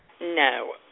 No